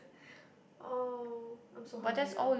!aww! I'm so hungry now